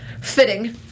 fitting